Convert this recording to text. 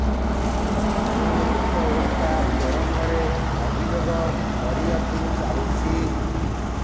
ମୁଁ ଉପଭୋକ୍ତା ଫୋରମରେ ଅଭିଯୋଗ କରିବାକୁ ଚାହୁଁଛି